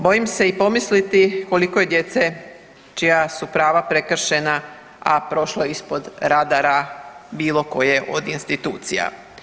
Bojim se i pomisliti koliko je djece čija su prava prekršena, a prošlo ispod radara bilo koje od institucija.